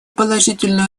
положительную